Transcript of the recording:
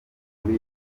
mujyi